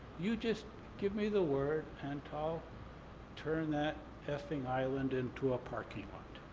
you just give me the word and i'll turn that effing island into a parking lot.